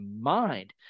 mind